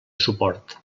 suport